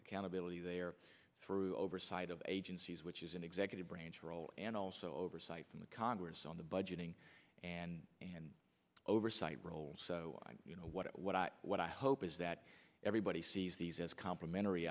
accountability there through oversight of agencies which is an executive branch role and also oversight from the congress on the budgeting and and oversight role so you know what what i what i hope is that everybody sees these as complimentary